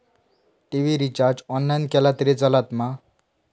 TV recharge online केला तरी चलात मा?